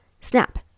Snap